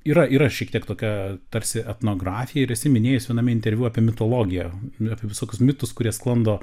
yra yra šiek tiek tokia tarsi etnografija ir esi minėjus viename interviu apie mitologiją apie visokius mitus kurie sklando